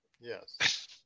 Yes